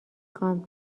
خوام